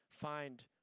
find